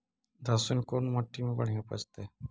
लहसुन कोन मट्टी मे बढ़िया उपजतै?